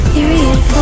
Period